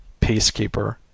peacekeeper